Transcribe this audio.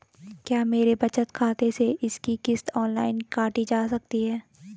क्या मेरे बचत खाते से इसकी किश्त ऑनलाइन काटी जा सकती है?